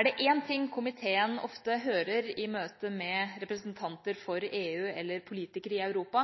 Er det én ting komiteen ofte hører i møte med representanter for EU eller politikere i Europa,